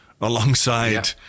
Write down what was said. alongside